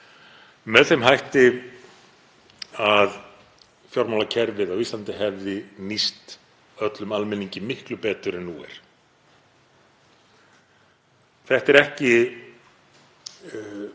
með þeim hætti að fjármálakerfið á Íslandi hefði nýst öllum almenningi miklu betur en nú er. Þessi hluti